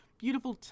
beautiful